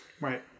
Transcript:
Right